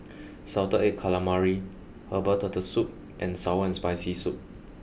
salted egg calamari herbal turtle soup and sour and spicy soup